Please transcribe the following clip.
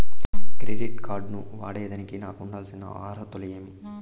Credit card ను వాడేదానికి నాకు ఉండాల్సిన అర్హతలు ఏమి?